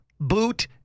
boot